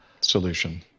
solution